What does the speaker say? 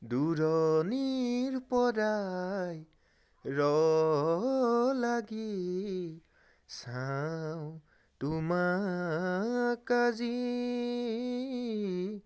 দূৰণিৰ পৰাই ৰ লাগি চাওঁ তোমাক আজি